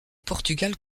portugal